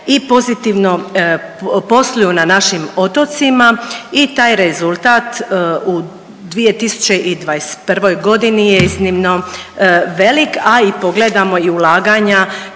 i pozitivno posluju na našim otocima i taj rezultat u 2021.g. je iznimno velik, a i pogledamo i ulaganja